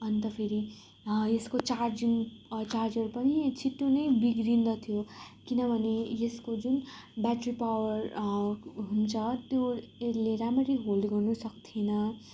अन्त फेरि यसको चार्जिङ चार्जर पनि छिट्टो नै बिग्रिन्दथ्यो किनभने यसको जुन ब्याट्री पावर हुन्छ त्यो यसले राम्ररी होल्ड गर्नुसक्थेन